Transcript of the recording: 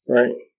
Right